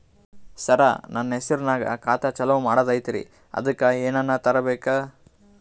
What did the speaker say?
ಸರ, ನನ್ನ ಹೆಸರ್ನಾಗ ಖಾತಾ ಚಾಲು ಮಾಡದೈತ್ರೀ ಅದಕ ಏನನ ತರಬೇಕ?